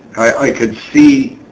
i could see,